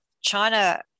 China